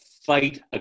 fight